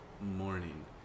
morning